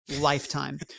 lifetime